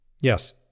Yes